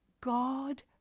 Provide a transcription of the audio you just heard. God